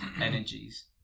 energies